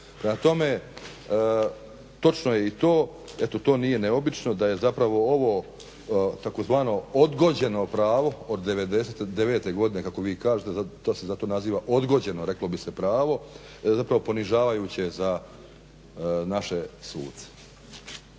Prema tome, točno je i to eto to nije neobično da je zapravo ovo tzv. odgođeno pravo od '99. godine kako vi kažete, to se zato naziva odgođeno reklo bi se pravo, zapravo ponižavajuće za naše suce.